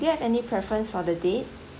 do you have any preference for the date